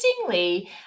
interestingly